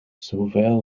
zoveel